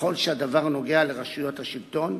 ככל שהדבר נוגע לרשויות השלטון,